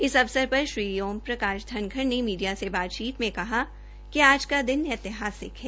इस अवसर पर श्री ओम प्रकाश धनखड़ ने मीडिया से बातचीत में कहा कि आज का दिन ऐतिहासिक है